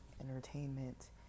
entertainment